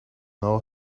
know